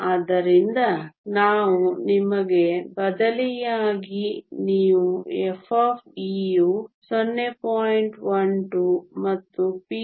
ಆದ್ದರಿಂದ ನಾವು ನಿಮಗೆ ಬದಲಿಯಾಗಿ ನೀವು f ಯು 0